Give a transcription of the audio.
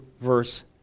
verse